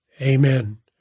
Amen